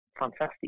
Fantastic